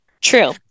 True